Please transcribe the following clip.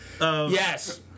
Yes